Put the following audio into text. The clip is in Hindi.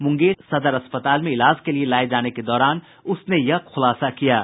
मुंगेर सदर अस्पताल में इलाज के लिए लाये जाने के दौरान उसने यह खूलासा किया है